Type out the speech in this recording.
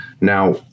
now